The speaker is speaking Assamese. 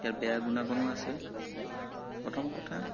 ইয়াৰ বেয়া গুণাগুণো আছে প্ৰথম কথা